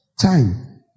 time